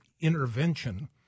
intervention